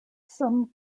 some